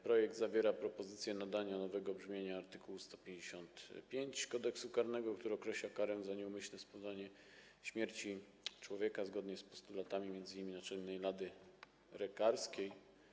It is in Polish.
Projekt zawiera propozycję nadania nowego brzmienia art. 155 Kodeksu karnego, który określa karę za nieumyślne spowodowanie śmierci człowieka, zgodnie z postulatami m.in. Naczelnej Rady Lekarskiej.